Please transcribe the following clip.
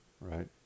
right